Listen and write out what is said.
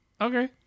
okay